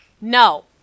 no